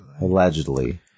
Allegedly